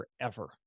forever